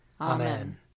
Amen